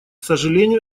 сожалению